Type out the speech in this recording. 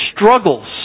struggles